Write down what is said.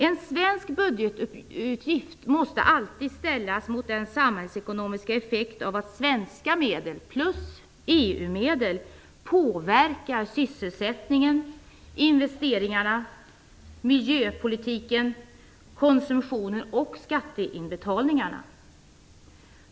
En svensk budgetutgift måste alltid ställas mot den samhällsekonomiska effekten av att svenska medel tillsammans med EU-medel påverkar sysselsättningen, investeringarna, miljöpolitiken, konsumtionen och skatteinbetalningarna.